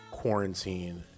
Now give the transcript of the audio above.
quarantine